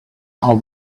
are